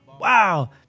Wow